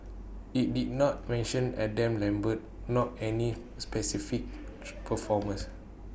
IT did not mention Adam lambert not any specific performers